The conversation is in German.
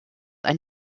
ein